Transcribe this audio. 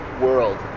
world